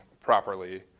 properly